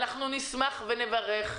אנחנו נשמח ונברך.